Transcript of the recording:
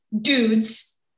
dudes